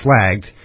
flagged